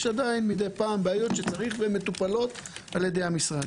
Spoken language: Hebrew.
יש עדיין מדי פעם בעיות שצריך והן מטופלות על-ידי המשרד.